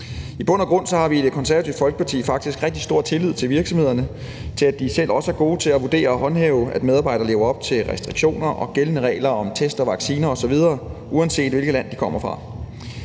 I bund og grund har vi i Det Konservative Folkeparti faktisk rigtig stor tillid til virksomhederne og til, at de også selv er gode til at vurdere om og håndhæve, at medarbejderne overholder restriktioner og gældende regler om test, vaccine osv., uanset hvilket land de kommer fra.